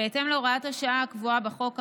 בהתאם להוראת השעה הקבועה בחוק,